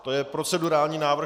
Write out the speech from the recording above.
To je procedurální návrh?